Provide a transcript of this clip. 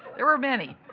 there were many.